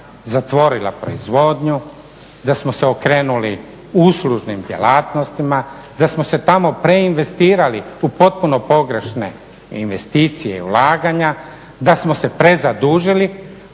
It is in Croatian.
zatvorila proizvodnju, da smo se okrenuli uslužnim djelatnostima, da smo se tamo preinvestirali u potpuno pogrešne investicije, ulaganja, da smo se prezadužili.